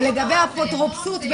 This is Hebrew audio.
לגבי האפוטרופסות,